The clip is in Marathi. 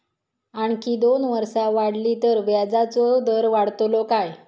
आणखी दोन वर्षा वाढली तर व्याजाचो दर वाढतलो काय?